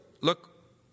look